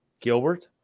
gilbert